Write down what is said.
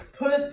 Put